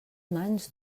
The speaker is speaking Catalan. mans